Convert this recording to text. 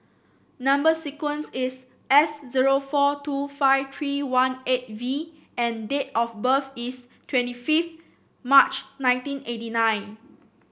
number sequence is S zero four two five three one eight V and date of birth is twenty five March nineteen eighty nine